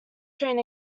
train